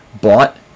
bought